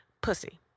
pussy